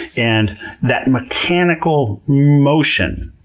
and that mechanical motion